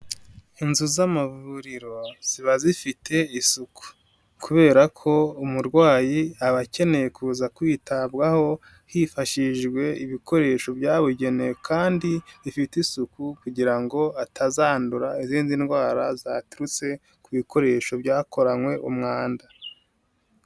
Inzu z'amavuriro ziba zifite isuku kubera ko umurwayi aba akeneye kuza kwitabwaho hifashishijwe ibikoresho byabugenewe kandi zifite isuku kugira ngo atazandura izindi ndwara zaturutse ku bikoresho byakoranywe umwanda.